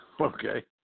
Okay